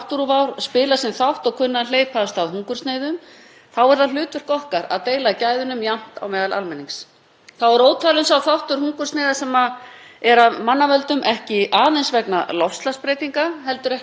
af mannavöldum, ekki aðeins vegna loftslagsbreytinga heldur ekki síður vegna stríða og styrjalda, vegna ósjálfbærra búskaparhátta og stefnuleysis stjórnvalda víða um heim þegar við tölum um matvælaöryggi.